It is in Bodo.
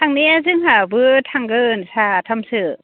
थांनाया जोंहाबो थांगोन साथामसो